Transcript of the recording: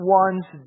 one's